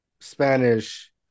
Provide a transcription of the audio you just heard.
Spanish